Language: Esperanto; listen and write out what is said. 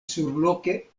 surloke